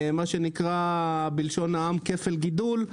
מה שנקרא בלשון העם כפל גידול,